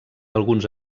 alguns